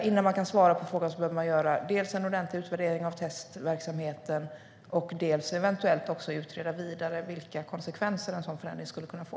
Innan man kan svara på frågan behöver man dels göra en ordentlig utvärdering av testverksamheten, dels eventuellt utreda vidare vilka konsekvenser en sådan förändring skulle kunna få.